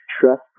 trust